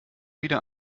wieder